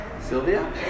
Sylvia